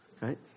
right